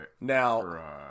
Now